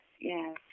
yes